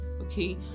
okay